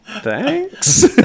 Thanks